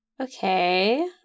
Okay